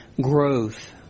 growth